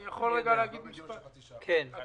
אני מבקש להגיד משפט הקדמה,